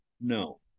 no